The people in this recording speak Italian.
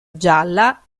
gialla